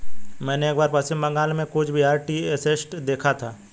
मैंने एक बार पश्चिम बंगाल में कूच बिहार टी एस्टेट देखा था